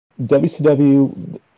WCW